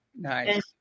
Nice